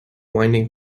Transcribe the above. winding